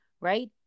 right